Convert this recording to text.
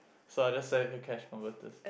so I just it to Cash Converters